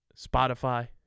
spotify